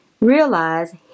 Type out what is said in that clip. Realize